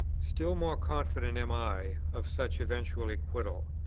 still more confident am i of such eventual acquittal,